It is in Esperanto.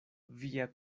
via